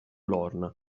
lorna